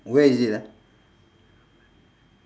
where is it ah